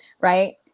right